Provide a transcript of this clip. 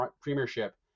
premiership